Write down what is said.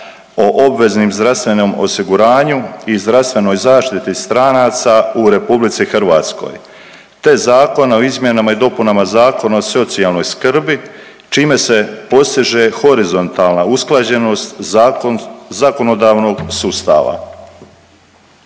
o obveznom zdravstvenom osiguranju i zdravstvenoj zaštiti stranaca u RH, te Zakon o izmjenama i dopunama Zakona o socijalnoj skrbi, čime se postiže horizontalna usklađenost zakonodavnog sustava.